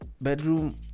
bedroom